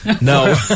no